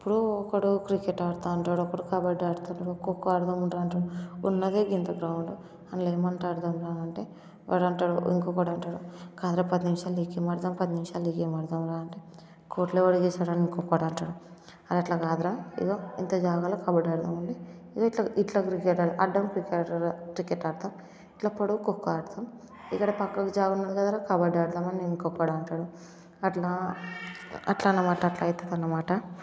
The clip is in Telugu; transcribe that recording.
ఇప్పుడు ఒకడు క్రికెట్ ఆడుతూ ఉంటాడు ఒకడు కబడ్డీ ఆడుతూ ఉంటాడు ఖోఖో ఆడదాం రా అంటాడు ఉన్నదే ఇంత గ్రౌండ్ దాంట్లో ఏమి ఆట ఆడదాం రా అంటే వాడుంటాడు ఇంకొకడు అంటాడు కాదురా పదినిమిషాలు ఈ గేమ్ ఆడదాం పదినిమిషాలు ఈ గేమ్ ఆడదాంరా అంటాడు ఒకడు అంటాడు అది అట్లా కాదురా ఏదో ఇంత జాగాలో కబడ్డీ ఆడుదాం రండి ఏదో ఇట్లా ఇట్లా క్రికెట్ ఆడదాం క్రికెట్ ఆడదాంరా క్రికెట్ ఆడుతారు ఇట్లా పొడవుకి ఒక ఆడతాతాం ఇక్కడ పక్కన జాగా ఉంది కదరా కబడ్డీ ఆడదాం ఇంకొకడు అంటాడు అట్లా అట్లా అనమాట అట్లా అవుతుంది అనమాట